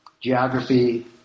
geography